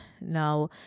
now